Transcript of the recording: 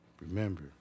Remember